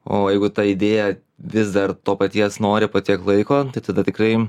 o jeigu ta idėja vis dar to paties nori po tiek laiko tai tada tikrai